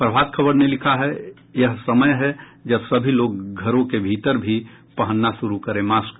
प्रभात खबर ने लिखा है यह समय है जब सभी लोग घरों के भीतर भी पहनना शुरू करें मास्क